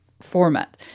format